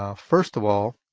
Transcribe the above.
ah first of all,